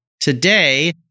today